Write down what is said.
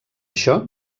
això